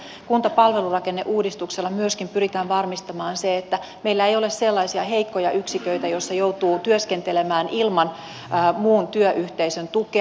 kunta ja palvelurakenneuudistuksella myöskin pyritään varmistamaan se että meillä ei ole sellaisia heikkoja yksiköitä joissa joutuu työskentelemään ilman muun työyhteisön tukea